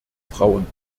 frauen